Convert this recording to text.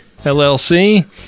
LLC